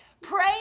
Pray